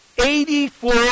Eighty-four